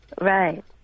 Right